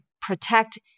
protect